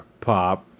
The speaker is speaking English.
pop